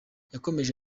yakomeje